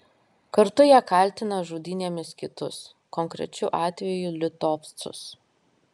kartu jie kaltina žudynėmis kitus konkrečiu atveju litovcus